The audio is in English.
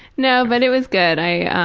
no, but it was good. i